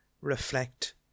reflect